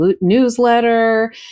newsletter